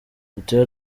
butera